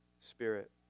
spirit